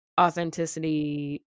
authenticity